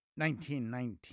1919